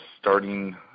starting